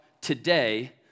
today